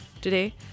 Today